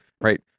Right